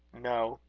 no,